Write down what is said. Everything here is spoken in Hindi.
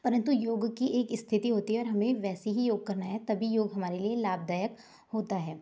परन्तु योग की एक स्तिथि होती है और हमें वैसी ही योग करना है तभी योग हमारे लिए लाभदायक होता है